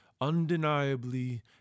Undeniably